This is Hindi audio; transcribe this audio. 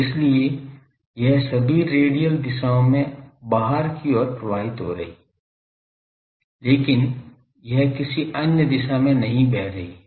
इसलिए यह सभी रेडियल दिशाओं में बाहर की ओर हो प्रवाहित रही है लेकिन यह किसी अन्य दिशा में नहीं बह रही है